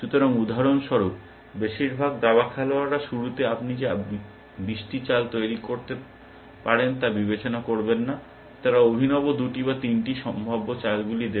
সুতরাং উদাহরণস্বরূপ বেশিরভাগ দাবা খেলোয়াড়রা শুরুতে আপনি যে বিশটি চাল তৈরি করতে পারেন তা বিবেচনা করবেন না তারা অভিনব দুটি বা তিনটি ভিন্ন সম্ভাব্য চালগুলি দেবে